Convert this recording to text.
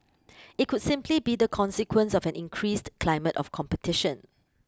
it could simply be the consequence of an increased climate of competition